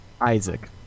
Isaac